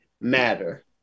matter